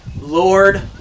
Lord